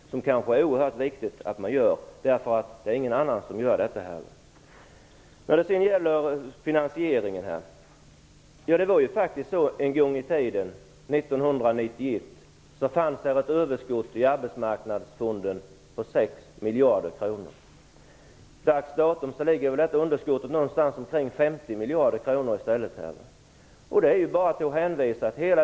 Det är det oerhört viktigt att de gör. Ingen annan gör det. När det sedan gäller finansieringen vill jag säga att det en gång i tiden - 1991 - faktiskt fanns ett överskott på 6 miljarder kronor i Arbetsmarknadsfonden. Till dags datum ligger underskottet i stället någonstans omkring 50 miljarder.